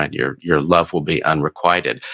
and your your love will be unrequited.